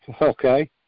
okay